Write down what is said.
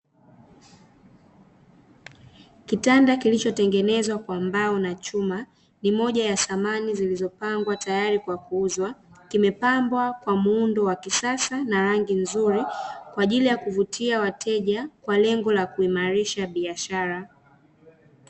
Kitanda kilichotengenezwa kwa mbao na chuma, ni moja ya samani zilizopangwa tayari kwa kuuza. Kimepambwa kwa muundo wa kisasa na rangi nzuri kwa ajili ya kuvutia wateja, kwa lengo la kuimarisha biashara.